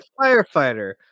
firefighter